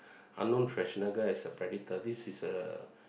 Arnold-Shwarzenegger is a predator this is a